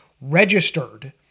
registered